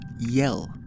yell